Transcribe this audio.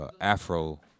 afro